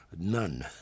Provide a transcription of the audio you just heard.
None